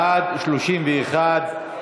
בעד, 31,